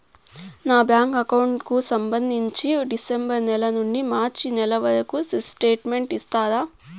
నా bank account కు సంబంధించి డిసెంబరు నెల నుండి మార్చి నెలవరకు స్టేట్మెంట్ ఇస్తారా?